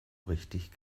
richtig